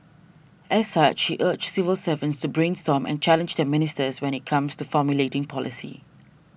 as such he urged civil servants brainstorm and challenge their ministers when it comes to formulating policy